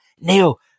Neil